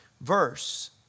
verse